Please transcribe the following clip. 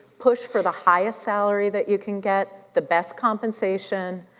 push for the highest salary that you can get, the best compensation,